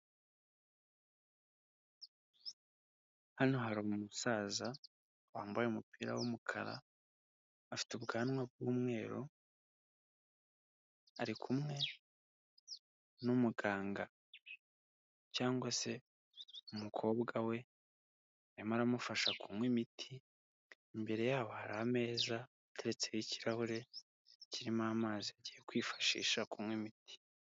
Hano hari umusaza wambaye umupira w'umukara, afite ubwanwa bw'umweru, ari kumwe n'umuganga cyangwa se umukobwa we, arimo aramufasha kunywa imiti, imbere yabo hari ameza ateretseho ikirahure kirimo amazi agiye kwifashisha kunywa imiti.